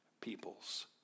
People's